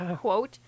quote